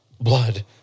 blood